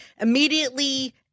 immediately